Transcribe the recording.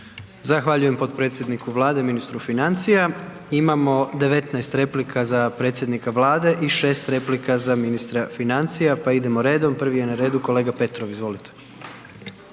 Zahvaljujem potpredsjedniku Vlade, ministru financija. Imamo 19 replika za predsjednika Vlade i 6 replika za ministra financija, pa idemo redom. Prvi je na redu kolega Petrov. Izvolite.